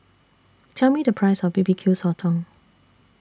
Tell Me The Price of B B Q Sotong